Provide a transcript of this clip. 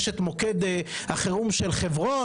יש את "מוקד החירום של חברון".